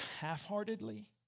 half-heartedly